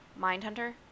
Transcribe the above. Mindhunter